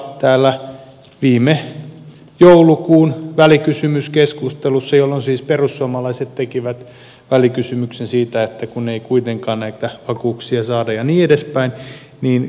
täällä viime joulukuun välikysymyskeskustelussa jolloin siis perussuomalaiset tekivät välikysymyksen siitä kun ei kuitenkaan näitä vakuuksia saada ja niin edelleen